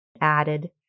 added